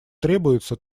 требуется